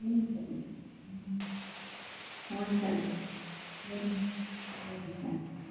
हुन्छ हुन्छ हुन्छ हुन्छ भाइ हुन्छ हुन्छ